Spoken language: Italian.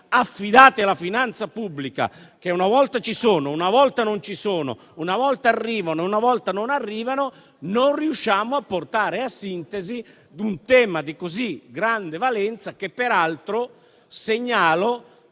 affidati alla finanza pubblica - che una volta ci sono, una volta non ci sono, una volta arrivano, una volta non arrivano - non riusciremo a portare a sintesi un tema di così grande valenza; tema che, peraltro, segnalo